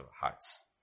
hearts